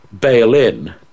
bail-in